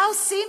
מה עושים?